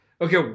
okay